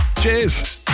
cheers